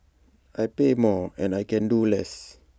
I pay more and I can do less